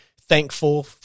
thankful